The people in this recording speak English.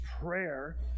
prayer